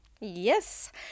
Yes